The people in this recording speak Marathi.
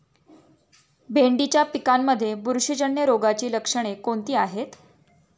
भेंडीच्या पिकांमध्ये बुरशीजन्य रोगाची लक्षणे कोणती आहेत?